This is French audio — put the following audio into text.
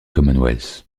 commonwealth